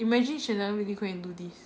imagine shen yang really go and do this